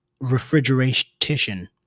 refrigeration